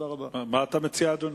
מה אתה מציע, אדוני,